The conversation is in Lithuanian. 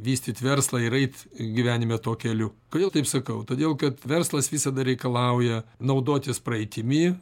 vystyt verslą ir eit gyvenime tuo keliu kodėl taip sakau todėl kad verslas visada reikalauja naudotis praeitimi